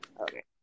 Okay